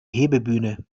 hebebühne